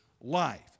life